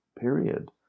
period